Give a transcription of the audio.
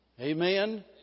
Amen